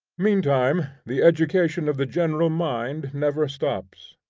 meantime the education of the general mind never stops.